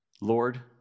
Lord